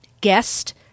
guest